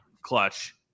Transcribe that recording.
clutch